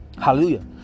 Hallelujah